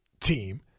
team